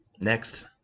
Next